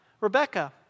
Rebecca